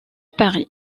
paris